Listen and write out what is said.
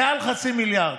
מעל חצי מיליארד.